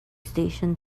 station